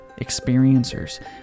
experiencers